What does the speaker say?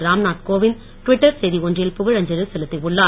Ramnath Kovind Twitter செய்தி ஒன்றில் புகழஞ்சலி செலுத்தியுள்ளார்